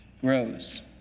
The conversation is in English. grows